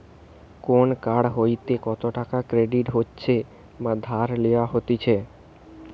কোন কার্ড হইতে কত টাকা ক্রেডিট হচ্ছে বা ধার লেওয়া হতিছে